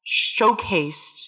showcased